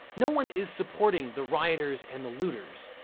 no one is supporting the rioters and the looters,